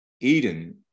eden